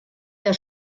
der